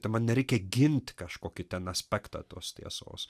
tai man nereikia gint kažkokį ten aspektą tos tiesos